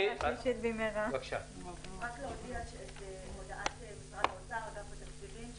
רק להודיע את הודעת משרד האוצר, אגף התקציבים,